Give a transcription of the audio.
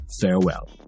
Farewell